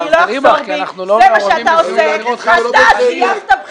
-- זה שנציגים של שתי סיעות שחברו ביחד